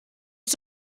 ich